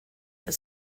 that